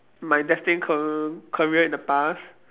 my destined car~ career in the past